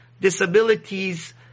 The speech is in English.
disabilities